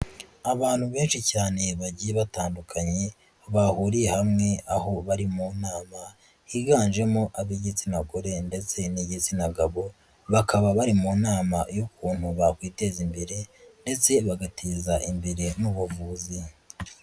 Abantu benshi cyane bagiye batandukanye bahuriye hamwe aho bari mu nama higanjemo ab'igitsina gore ndetse n'igitsina gabo, bakaba bari mu nama y'ukuntu bakwiteza imbere ndetse bagateza imbere n'ubuvuzi.